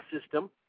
system